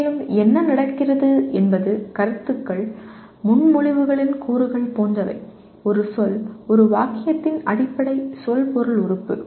மேலும் என்ன நடக்கிறது என்பது கருத்துக்கள் முன்மொழிவுகளின் கூறுகள் போன்றவை ஒரு சொல் ஒரு வாக்கியத்தின் அடிப்படை சொற்பொருள் உறுப்பு